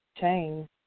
Change